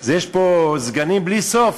זה, יש פה סגנים בלי סוף.